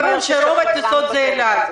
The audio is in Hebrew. ברור שרוב הטיסות זה אל-על,